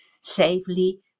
safely